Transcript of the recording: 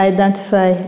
Identify